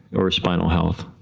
or spinal health?